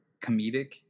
comedic